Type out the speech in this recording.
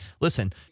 Listen